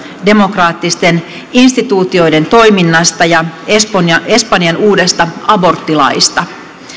demokraattisten instituutioiden toiminnasta ja espanjan espanjan uudesta aborttilaista